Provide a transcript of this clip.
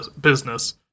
business